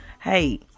Hey